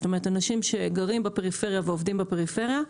זאת אומרת אנשים שגרים בפריפריה ועובדים בפריפריה,